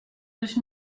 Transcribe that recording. neuf